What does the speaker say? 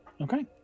Okay